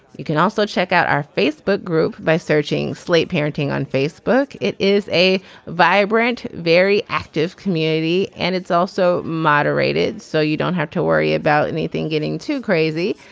you can also check out our facebook group by searching slate parenting on facebook. it is a vibrant very active community and it's also moderated so you don't have to worry about anything getting too crazy.